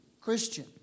Christian